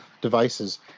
devices